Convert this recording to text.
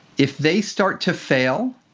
if they start to fail,